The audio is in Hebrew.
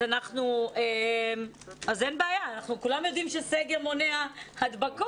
אז אין בעיה כי כולנו יודעים שסגר מונע הדבקות,